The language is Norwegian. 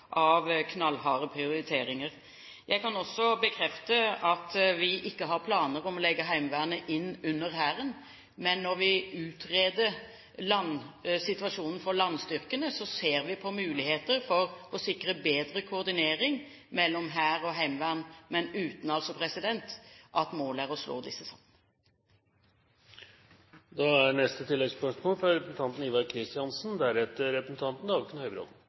av knallharde prioriteringer. Jeg kan også bekrefte at vi ikke har planer om å legge Heimevernet inn under Hæren, men når vi utreder situasjonen for landstyrkene, ser vi på muligheter for å sikre bedre koordinering mellom hær og heimevern, men uten at målet er å slå disse